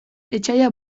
etsaia